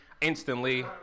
instantly